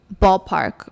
ballpark